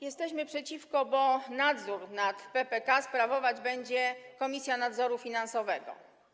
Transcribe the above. Jesteśmy przeciwko, bo nadzór nad PPK sprawować będzie Komisja Nadzoru Finansowego.